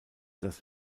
das